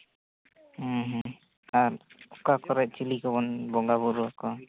ᱟᱨ ᱚᱠᱟ ᱠᱚᱨᱮ ᱪᱤᱞᱤ ᱠᱚᱵᱚᱱ ᱵᱚᱸᱜᱟ ᱵᱳᱨᱳᱣᱟᱠᱚᱣᱟ